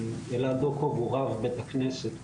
אלעד דוקוב הוא רב בית הכנסת בטכניון,